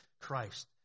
Christ